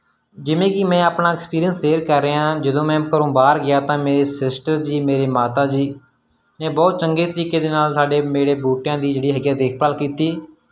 ਜਿਵੇਂ ਕਿ ਮੈਂ ਆਪਣਾ ਐਕਸਪੀਰੀਅੰਸ ਸ਼ੇਅਰ ਕਰ ਰਿਹਾ ਜਦੋਂ ਮੈਂ ਘਰੋਂ ਬਾਹਰ ਗਿਆ ਤਾਂ ਮੇਰੇ ਸਿਸਟਰ ਜੀ ਮੇਰੀ ਮਾਤਾ ਜੀ ਇਹ ਬਹੁਤ ਚੰਗੇ ਤਰੀਕੇ ਦੇ ਨਾਲ ਸਾਡੇ ਮੇਰੇ ਬੂਟਿਆਂ ਦੀ ਜਿਹੜੀ ਹੈਗੀ ਦੇਖਭਾਲ ਕੀਤੀ